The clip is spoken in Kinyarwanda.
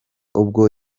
ubwo